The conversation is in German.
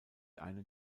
einem